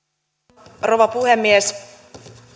arvoisa rouva puhemies